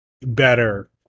better